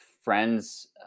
friends